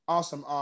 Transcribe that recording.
Awesome